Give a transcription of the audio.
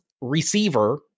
receiver